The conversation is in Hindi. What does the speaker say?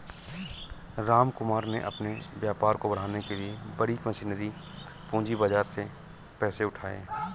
रामकुमार ने अपने व्यापार को बढ़ाने के लिए बड़ी मशीनरी पूंजी बाजार से पैसे उठाए